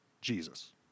Jesus